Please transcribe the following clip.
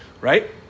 right